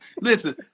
Listen